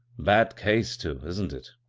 bad case, too a isn't it?